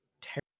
terrible